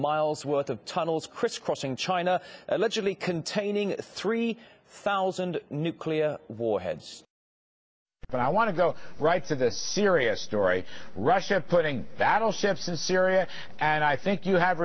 miles worth of tunnels crisscrossing china allegedly containing three thousand nuclear warheads but i want to go right to the serious story russia putting that on ships in syria and i think you have